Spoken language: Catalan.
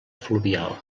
fluvial